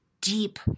deep